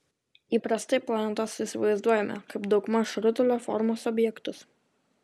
įprastai planetas įsivaizduojame kaip daugmaž rutulio formos objektus